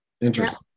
Interesting